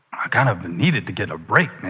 i kind of needed to get a break.